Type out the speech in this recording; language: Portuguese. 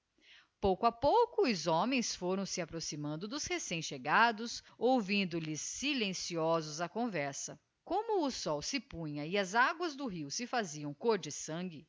pouco a pouco os homens foram se approximando dos recem chegados ouvindo lhes silenciosos a conversa como o sol se punha e as aguas do rio se faziam còr de sangue